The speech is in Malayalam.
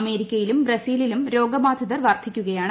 അമേരിക്കയിലും ബ്രസീലിലും രോഗബാധിതർ വർധിക്കുകയാണ്